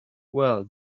well